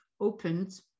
opened